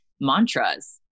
mantras